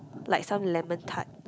like some lemon tart